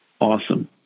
awesome